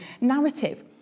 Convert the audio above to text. narrative